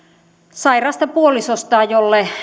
sairaasta puolisostaan jolle